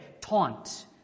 taunt